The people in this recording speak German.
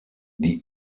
die